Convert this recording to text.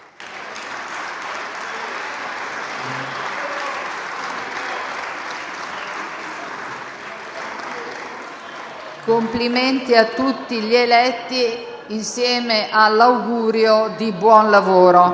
Complimenti a tutti gli eletti, insieme all'augurio di buon lavoro.